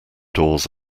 doors